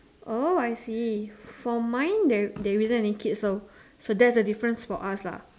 oh I see for mine there isn't any kids so that's the difference for us lah